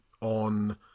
on